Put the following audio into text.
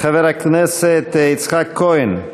חבר הכנסת יצחק כהן.